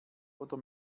oder